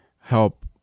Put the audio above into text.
help